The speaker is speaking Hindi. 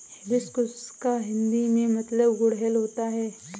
हिबिस्कुस का हिंदी में मतलब गुड़हल होता है